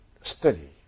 study